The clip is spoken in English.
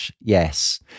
yes